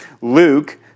Luke